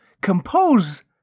compose